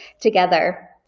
together